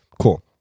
Cool